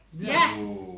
Yes